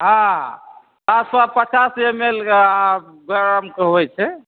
हँ सात सए पचास एम एल कऽ होइ छै